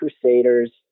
crusaders